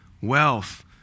wealth